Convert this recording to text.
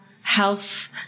health